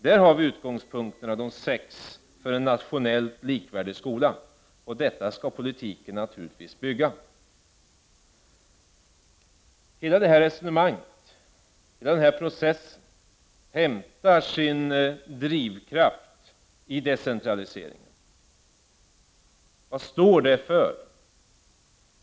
Där har vi de sex utgångspunkterna för en nationellt likvärdig skola. Detta skall politiken naturligtvis bygga på. Hela detta resonemang, hela denna process, hämtar sin drivkraft i decentraliseringen. Vad står det för?